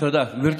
אחריו